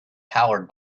powered